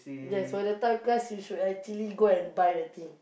yes when the time comes you should actually go and buy the thing